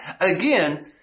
Again